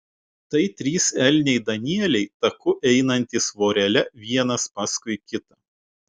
tai trys elniai danieliai taku einantys vorele vienas paskui kitą